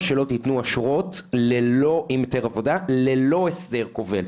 שלא תיתנו אשרות עם היתר עבודה ללא הסדר כובל,